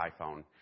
iPhone